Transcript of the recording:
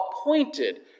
appointed